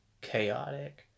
chaotic